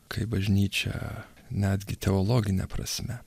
kai bažnyčia netgi teologine prasme